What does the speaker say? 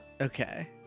Okay